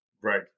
Right